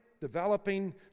developing